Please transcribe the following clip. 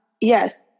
yes